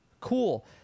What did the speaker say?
cool